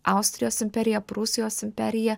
austrijos imperija prūsijos imperija